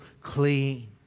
clean